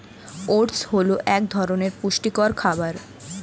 oats হল এক ধরনের পুষ্টিকর খাবার